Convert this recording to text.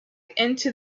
into